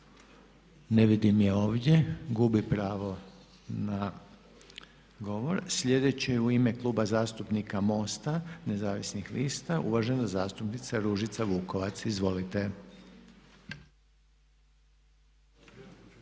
Ne vidim je ovdje. Gubi pravo na govor. Sljedeći je u ime Kluba zastupnika MOST-a nezavisnih lista uvažena zastupnica Ružica Vukovac. Izvolite.